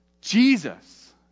Jesus